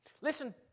Listen